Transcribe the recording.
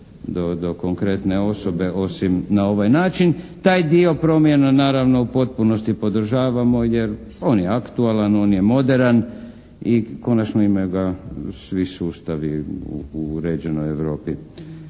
do konkretne osobe osim na ovaj način, taj dio promjena naravno u potpunosti podržavamo jer on je aktualan, on je moderan i konačno imaju ga svi sustavi u uređenoj Europi.